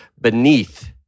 beneath